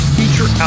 feature